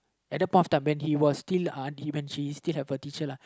at that point of time when he was still uh when she still have a teacher uh